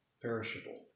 Perishable